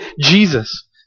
Jesus